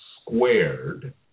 squared